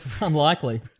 Unlikely